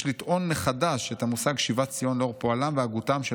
יש לטעון מחדש את המושג 'שיבת ציון' לאור פועלם והגותם של